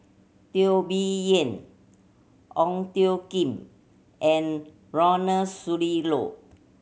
Teo Bee Yen Ong Tjoe Kim and Ronald Susilo